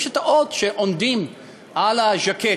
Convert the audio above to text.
יש אות שעונדים על הז'קט.